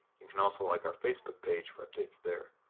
you can also like our facebook page for updates there.